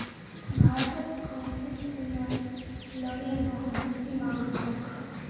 भारतत कोन्सेसनल लोनेर बहुत बेसी मांग छोक